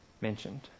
mentioned